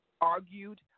argued